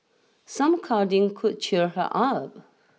some cuddling could cheer her up